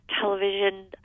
television